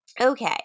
Okay